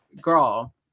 girl